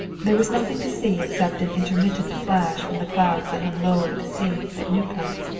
there was nothing to see except an intermittent flash from the clouds that hung low over the sea at nieuport,